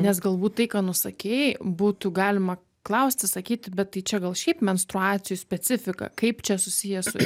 nes galbūt tai ką nusakei būtų galima klausti sakyti bet tai čia gal šiaip menstruacijų specifika kaip čia susiję su